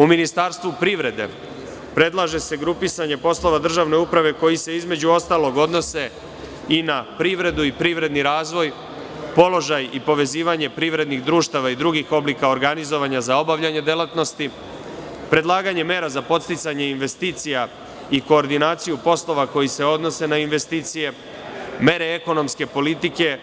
U ministarstvu privrede, predlaže se grupisanje poslova državne uprave, koji se odnose i na privredu i privredni razvoj, položaj i povezivanje privrednih društava i drugih oblika organizovanja za obavljanje delatnosti, predlaganje mera za podsticanje investicija i koordinaciju poslova koji se odnose na investicije, mere ekonomske politike